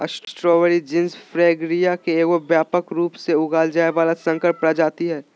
strawberry genus Fragaria के एगो व्यापक रूप से उगाल जाय वला संकर प्रजाति हइ